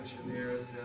engineers